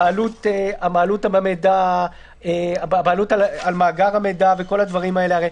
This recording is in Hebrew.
הבעלות על מאגר המידע וכל הדברים האלה הרי,